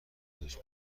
ستایش